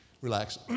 Relax